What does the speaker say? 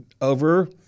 over